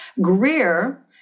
Greer